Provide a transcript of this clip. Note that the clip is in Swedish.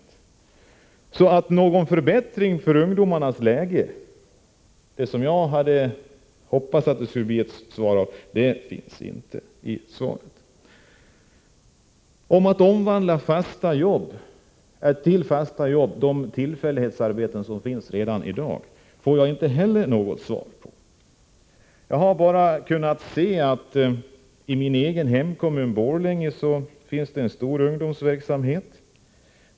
Att det skulle ske någon förbättring av ungdomarnas läge, som jag hade hoppats, framkommer inte av svaret. På frågan som gällde att omvandla de tillfällighetsarbeten som finns redan i dag till fasta jobb fick jag inte heller något svar. Jag har bara i min egen hemkommun, Borlänge, kunnat se att det finns en omfattande ungdomsverksamhet.